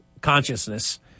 consciousness